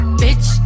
bitch